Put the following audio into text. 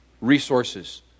resources